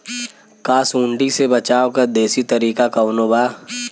का सूंडी से बचाव क देशी तरीका कवनो बा?